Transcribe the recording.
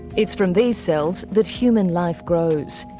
it's from these cells that human life grows.